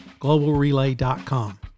GlobalRelay.com